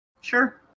Sure